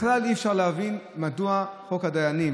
בכלל אי-אפשר להבין מדוע בחוק הדיינים